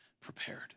prepared